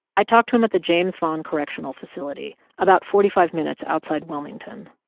i talked to him at the james vaughn correctional facility about forty five minutes outside wilmington.